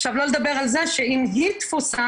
עכשיו לא לדבר על זה שאם היא תפוסה,